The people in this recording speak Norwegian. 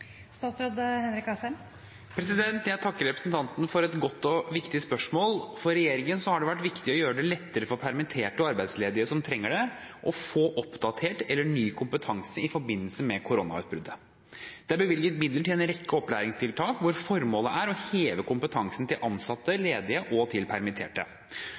viktig spørsmål. For regjeringen har det vært viktig å gjøre det lettere for permitterte og arbeidsledige som trenger det, å få oppdatert eller ny kompetanse i forbindelse med koronautbruddet. Det er bevilget midler til en rekke opplæringstiltak hvor formålet er å heve kompetansen til ansatte, ledige og permitterte. Jeg oppfatter det slik at spørsmålet gjelder hvor mange permitterte